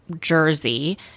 Jersey